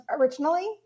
originally